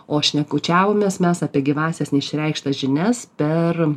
o šnekučiavomės mes apie gyvąsias neišreikštas žinias per